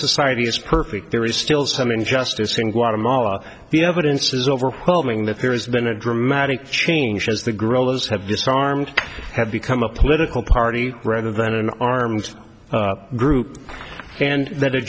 society is perfect there is still some injustice in guatemala the evidence is overwhelming that there has been a dramatic change as the growers have disarmed have become a political party rather than an armed group and th